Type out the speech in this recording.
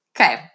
Okay